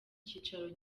cyicaro